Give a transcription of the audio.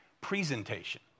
presentation